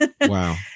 Wow